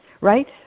right